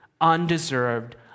undeserved